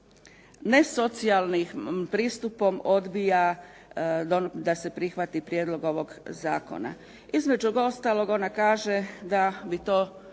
nesocijalnim pristupom odbija da se prihvati prijedlog ovoga zakona. Između ostalog, ona kaže da bi to